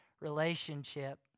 relationship